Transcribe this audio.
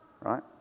right